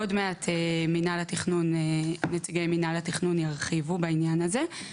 עוד מעט נציגי מינהל התכנון ירחיבו בעניין הזה.